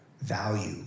value